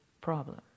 problem